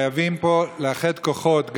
חייבים פה לאחד כוחות,